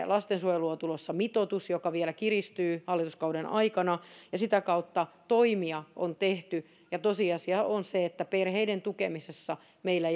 lastensuojeluun on tulossa mitoitus joka vielä kiristyy hallituskauden aikana ja sitä kautta toimia on tehty tosiasia on se että perheiden tukemisessa meillä